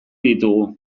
ditugu